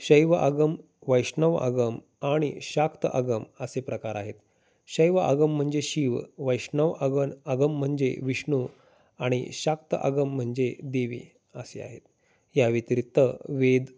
शैव आगम वैष्णव आगम आणि शाक्त आगम असे प्रकार आहेत शैव आगम म्हणजे शिव वैष्णव आगम आगम म्हणजे विष्णु आणि शाक्त आगम म्हणजे देवी असे आहेत या व्यतिरिक्त वेद